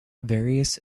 various